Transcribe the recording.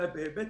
אלא גם בהיבט